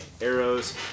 arrows